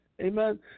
Amen